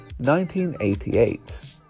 1988